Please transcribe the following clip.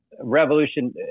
Revolution